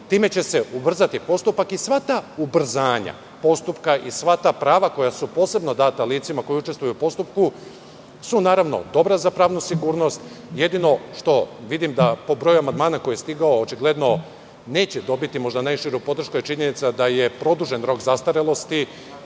Time će se ubrzati postupak i sva ta ubrzanja postupka i sva ta prava koja su posebno data licima koja učestvuju u postupku su dobra za pravnu sigurnost. Jedino što vidim po broju amandmanu koji je stigao, zakon očigledno neće dobiti možda najširu podršku, jer je činjenica da je produžen rok zastarelosti.